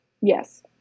Yes